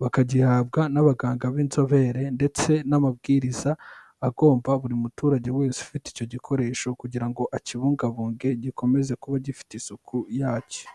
bakagihabwa n'abaganga b'inzobere ndetse n'amabwiriza agomba buri muturage wese ufite icyo gikoresho kugira ngo akibungabunge gikomeze kuba gifite isuku yacyo.